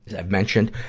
i've mentioned,